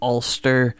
Ulster